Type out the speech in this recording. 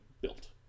built